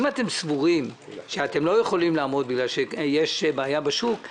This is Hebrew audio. אם אתם סבורים שאתם לא יכולים לעמוד בזה כי יש בעיה בשוק,